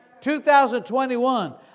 2021